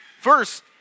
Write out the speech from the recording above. First